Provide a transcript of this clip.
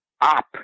up